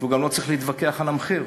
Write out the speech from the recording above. והוא גם לא צריך להתווכח על המחיר.